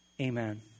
Amen